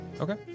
Okay